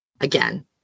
Again